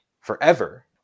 forever